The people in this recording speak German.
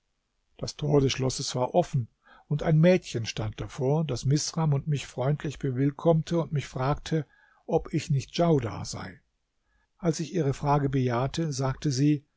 das tor des schlosses war offen und ein mädchen stand davor das misram und mich freundlich bewillkommte und mich fragte ob ich nicht djaudar sei als ich ihre frage bejahte sagte sie